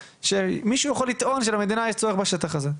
שמישהו יכול לטעון שלמדינה יש צורך בשטח הזה.